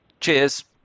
Cheers